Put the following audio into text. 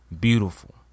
beautiful